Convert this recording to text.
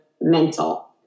mental